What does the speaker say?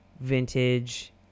vintage